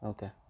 Okay